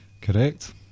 Correct